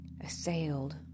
assailed